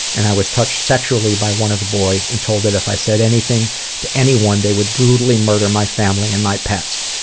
and i was touched sexually by one of the boys and told that if i said anything to anyone they would brutally murder my family and my pets.